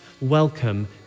welcome